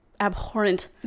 abhorrent